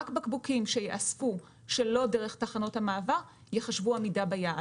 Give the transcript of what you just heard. רק בקבוקים שייאספו שלא דרך תחנות המעבר ייחשבו עמידה ביעד.